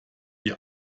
die